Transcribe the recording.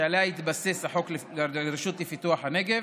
שעליה התבסס החוק לרשות פיתוח הנגב,